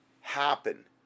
happen